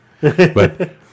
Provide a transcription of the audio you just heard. But-